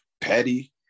petty